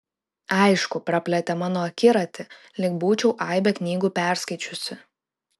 aišku praplėtė mano akiratį lyg būčiau aibę knygų perskaičiusi